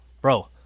bro